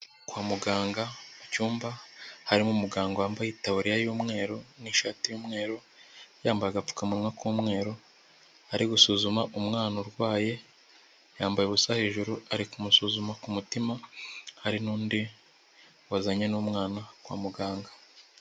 Kwa muganga mu cyumba harimo umuganga wambaye itaburiya y'umweru n'ishati y'umweru, yambaye agapfukamunwa k'umweru ari gusuzuma umwana urwaye, yambaye ubusa hejuru, ari kumusuzuma ku mutima, hari n'undi wazanye n'umwana kwa muganga.